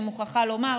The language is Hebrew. אני מוכרחה לומר.